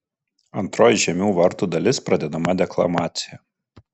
antroji žiemių vartų dalis pradedama deklamacija